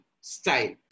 style